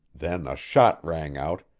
then a shot rang out,